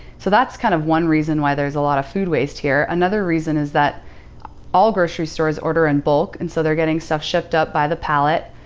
so that's kind of one reason why there's a lot of food waste here. another reason is that all grocery stores order in bulk, and so they're getting stuff shipped up by the pallet,